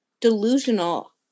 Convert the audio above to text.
delusional